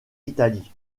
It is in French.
italie